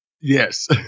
Yes